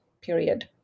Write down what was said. period